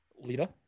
Lita